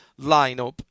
lineup